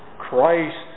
Christ